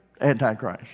antichrist